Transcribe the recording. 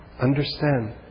Understand